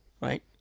Right